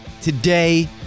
Today